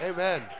Amen